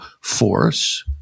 force